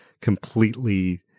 completely